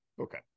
okay